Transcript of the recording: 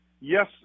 yes